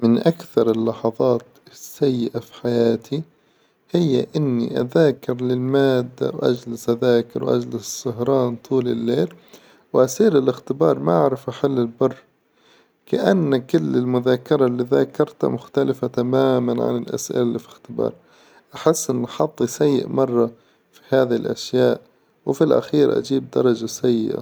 من أكثر اللحظات السيئة في حياتي هي إني أذاكر للمادة وأجلس أذاكر وأجلس سهران طول إللي ل، وأسير الاختبار ما أعرف أحل البر، كإن كل المذاكرة إللي ذاكرت مختلفة تماماً عن الأسئلة في الاختبار، أحس إني حظي سيئ مرة في هذي الأشياء، وفي الأخير أجيب درجة سيئة.